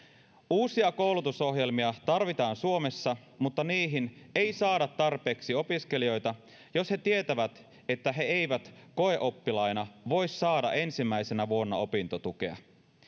uusia koulutusohjelmia tarvitaan suomessa mutta niihin ei saada tarpeeksi opiskelijoita jos he tietävät että he eivät koeoppilaina voi saada ensimmäisenä vuonna opintotukea